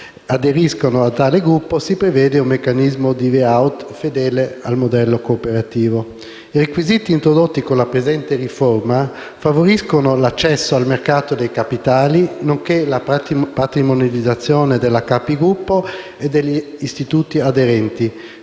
aderiscano a tale gruppo si prevede un meccanismo di *way out* fedele al modello cooperativo. I requisiti introdotti con la presente riforma favoriscono l'accesso al mercato dei capitali, nonché la patrimonializzazione della capogruppo e degli istituti aderenti.